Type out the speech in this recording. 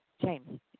James